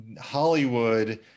Hollywood